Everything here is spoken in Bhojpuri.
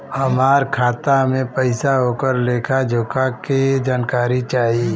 हमार खाता में पैसा ओकर लेखा जोखा के जानकारी चाही?